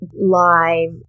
live